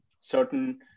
certain